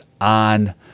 on